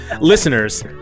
Listeners